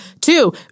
Two